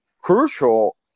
crucial